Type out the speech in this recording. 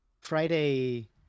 friday